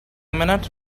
minute